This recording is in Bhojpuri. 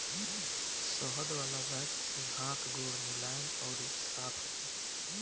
शहद वाला वैक्स से हाथ गोड़ मुलायम अउरी साफ़ होखेला